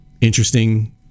interesting